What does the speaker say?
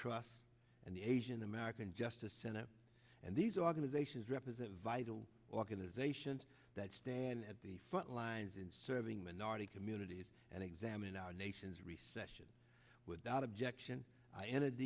trust and the asian american justice center and these organizations represent vital organizations that stand at the front lines in serving minority communities and examine our nation's recession without